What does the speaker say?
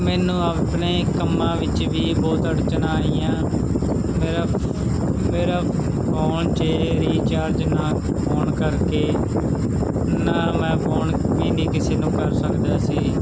ਮੈਨੂੰ ਆਪਣੇ ਕੰਮਾਂ ਵਿੱਚ ਵੀ ਬਹੁਤ ਅੜਚਣਾ ਆਈਆਂ ਮੇਰਾ ਫੋਨ 'ਚ ਰੀਚਾਰਜ ਨਾ ਹੋਣ ਕਰਕੇ ਨਾ ਮੈਂ ਫੋਨ ਵੀ ਨਹੀਂ ਕਿਸੇ ਨੂੰ ਕਰ ਸਕਦਾ ਸੀ